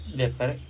yup correct